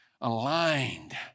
aligned